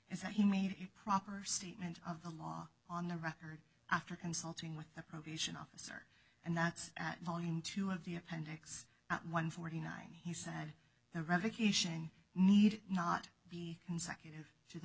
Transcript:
is that he made a proper statement of the law on the record after consulting with the probation officer and that's at volume two of the appendix at one forty nine he said the revocation need not be consecutive to the